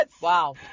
Wow